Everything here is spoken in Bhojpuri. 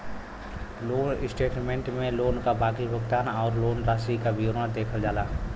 लोन स्टेटमेंट में लोन क बाकी भुगतान आउर लोन राशि क विवरण देखल जाला